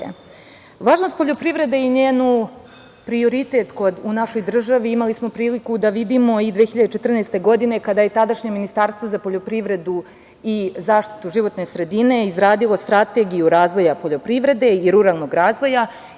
poljoprivrede i njen prioritet u našoj državi imali smo priliku da vidimo i 2014. godine, kada je tadašnje Ministarstvo za poljoprivredu i zaštitu životne sredine izradilo Strategiju razvoja poljoprivrede i ruralnog razvoja,